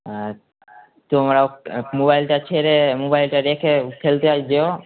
আর তোমরাও মোবাইলটা ছেড়ে মোবাইলটা রেখে খেলতে যেও